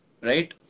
Right